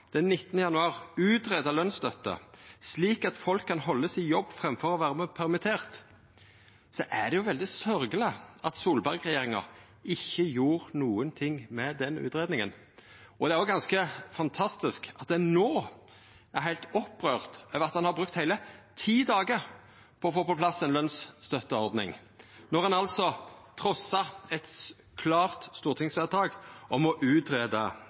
slik at folk kan haldast i jobb framfor å vera permitterte, er det veldig sørgjeleg at Solberg-regjeringa ikkje gjorde nokon ting med den utgreiinga. Det er òg ganske fantastisk at ein no er heilt opprørt over at ein har brukt heile ti dagar på å få på plass ei lønsstøtteordning, når ein altså trassa eit klart stortingsvedtak om å